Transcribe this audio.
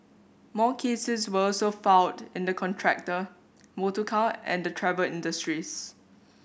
more cases were also filed in the contractor motorcar and the travel industries